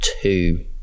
two